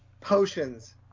potions